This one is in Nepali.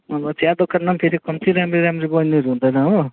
अब त्यहाँ दोकानमा फेरि कम्ती राम्री राम्री बैनीहरू हुँदैन हो